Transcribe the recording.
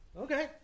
Okay